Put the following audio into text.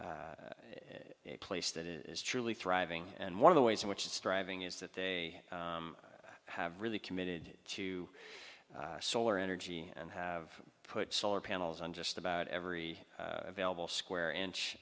place that is truly thriving and one of the ways in which is striving is that they have really committed to solar energy and have put solar panels on just about every available square inch